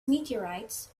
meteorites